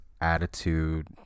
attitude